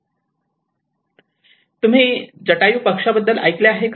तुम्ही जटायुबद्दल पक्षी ऐकले आहे का